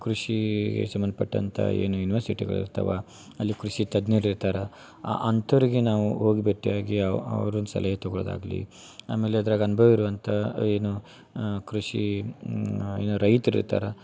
ಕೃಷಿ ಸಂಬಂಧಪಟ್ಟಂಥ ಏನು ಯುನಿವರ್ಸಿಟಿಗಳು ಇರ್ತಾವ ಅಲ್ಲಿ ಕೃಷಿ ತಜ್ಞರು ಇರ್ತಾರೆ ಆ ಅಂಥೋರಿಗೆ ನಾವು ಹೋಗಿ ಭೇಟಿಯಾಗಿ ಅವ್ ಅವ್ರನ್ನ ಸಲಹೆ ತಗೊಳೊದಾಗಲಿ ಆಮೇಲೆ ಅದ್ರಾಗ ಅನ್ಭವ ಇರುವಂಥಾ ಏನು ಕೃಷಿ ಏನು ರೈತ್ರು ಇರ್ತಾರೆ